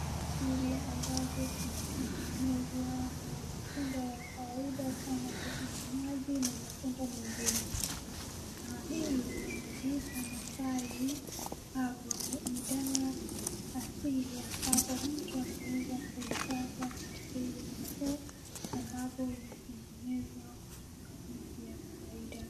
Dawa asili ambazo zimetengenezwa na matunda ya kawaida kama tikiti maji na matunda mengine. Na hili wanaziita Masai Herbal ni dawa asili ambapo mtu anaweza kuipata kwa bei nafuu ambapo imetengenezwa kutoka kwa miti ya kawaida.